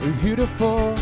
beautiful